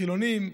חילונים.